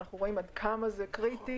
ואנחנו רואים עד כמה זה קריטי.